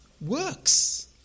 Works